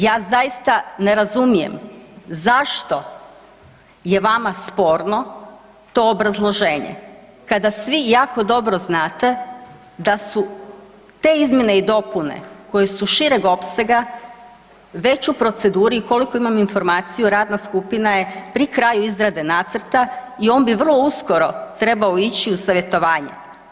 Ja zaista ne razumijem zašto je vama sporno to obrazloženje kada svi jako dobro znate da su te izmjene i dopune koje su šireg opsega već u proceduri i koliko imam informaciju radna skupina je pri kraju izrade nacrta i on bi vrlo uskoro trebao ići u savjetovanje.